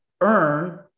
earn